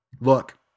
Look